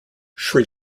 sri